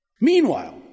Meanwhile